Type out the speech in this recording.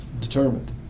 determined